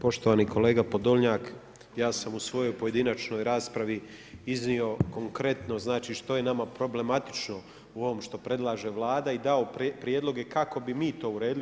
Poštovani kolega Podolnjak, ja sam u svojoj pojedinačnoj raspravi, iznio konkretno znači što je nama problematično u ovom što predlaže Vlada i dao prijedloge kako bi mi to uredili.